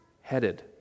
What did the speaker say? headed